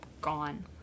gone